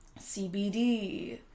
CBD